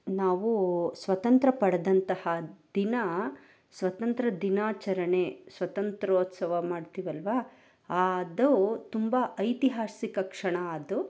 ನಾವು ಸ್ವತಂತ್ರ ಪಡೆದಂತಹ ದಿನ ಸ್ವತಂತ್ರ ದಿನಾಚರಣೆ ಸ್ವತಂತ್ರೋತ್ಸವ ಮಾಡ್ತಿವಲ್ಲವಾ ಆ ಅದು ತುಂಬ ಐತಿಹಾಸಿಕ ಕ್ಷಣ ಅದು